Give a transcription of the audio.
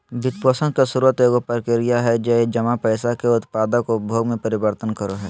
वित्तपोषण के स्रोत एगो प्रक्रिया हइ जे जमा पैसा के उत्पादक उपयोग में परिवर्तन करो हइ